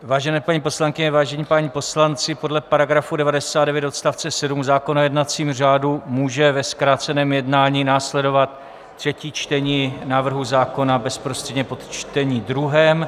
Vážené paní poslankyně, vážení páni poslanci, podle § 99 odst. 7 zákona o jednacím řádu může ve zkráceném jednání následovat třetí čtení návrhu zákona bezprostředně po čtení druhém.